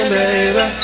baby